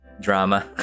drama